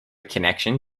connection